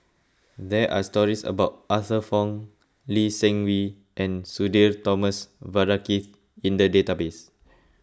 there are stories about Arthur Fong Lee Seng Wee and Sudhir Thomas Vadaketh in the database